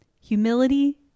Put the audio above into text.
Humility